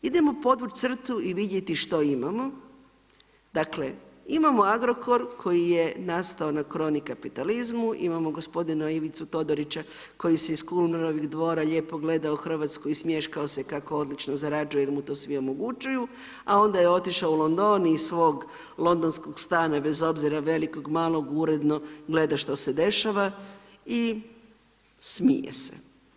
Idemo podvuć crtu i vidjeti što imamo, dakle imamo Agrokor koji je nastao na kroni kapitalizmu, imamo gospodina Ivicu Todorića koji si je iz Kumlerovih dvora lijepo gledao Hrvatsku i smješkao se kako odlično zarađuje jel mu to svi omogućuju, a onda je otišao u London i iz svog londonskog stana, bez obzira velikog, malog uredno gleda što se dešava i smije se.